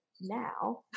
now